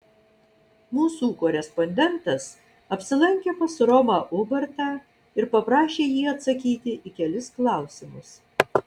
mūsų korespondentas apsilankė pas romą ubartą ir paprašė jį atsakyti į kelis klausimus